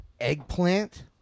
eggplant